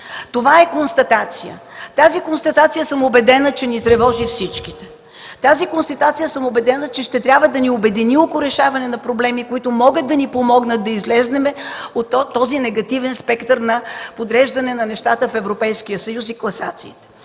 Това е констатация. Тази констатация съм убедена, че ни тревожи всички и тя ще трябва да ни обедини около решаване на проблеми, които могат да ни помогнат да излезем от този негативен спектър на подреждане на нещата в Европейския съюз и класациите.